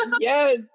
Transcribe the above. Yes